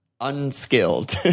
Unskilled